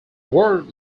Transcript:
word